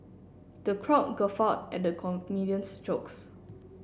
the crowd guffawed at the comedian's jokes